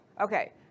Okay